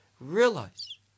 Realize